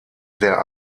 der